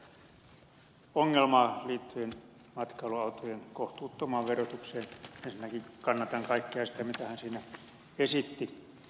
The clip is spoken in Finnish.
paasio täällä hyvässä puheenvuorossaan kuvasi tätä ongelmaa liittyen matkailuautojen kohtuuttomaan verotukseen kannatan ensinnäkin kaikkea sitä mitä hän siinä esitti